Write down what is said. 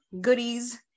goodies